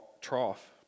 trough